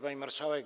Pani Marszałek!